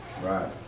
Right